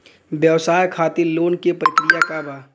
व्यवसाय खातीर लोन के प्रक्रिया का बा?